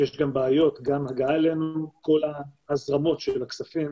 אני חושבת שבנושא הזה שהצפנו